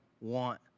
want